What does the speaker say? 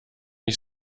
ich